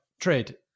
trade